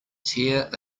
tear